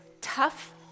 tough